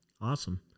Awesome